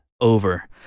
Over